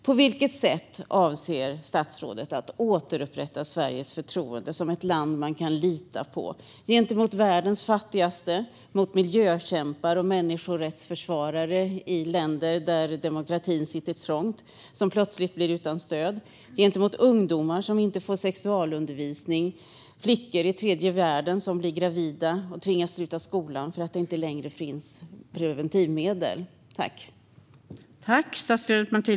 På vilket sätt avser statsrådet att återupprätta Sveriges förtroende som ett land man kan lita på, gentemot världens fattigaste, gentemot miljökämpar och människorättsförsvarare i länder där demokratin sitter trångt och som plötsligt blir utan stöd, gentemot ungdomar som inte får sexualundervisning och gentemot flickor i tredje världen som blir gravida och tvingas sluta skolan därför att det inte längre finns preventivmedel?